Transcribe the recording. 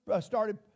started